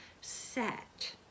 set